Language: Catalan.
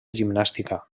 gimnàstica